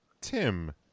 tim